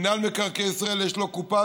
למינהל מקרקעי ישראל יש קופה,